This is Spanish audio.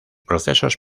procesos